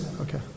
Okay